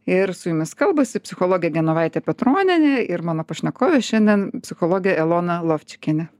ir su jumis kalbasi psichologė genovaitė petronienė ir mano pašnekovė šiandien psichologė elona lovčikienė